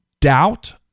doubt